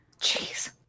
Jeez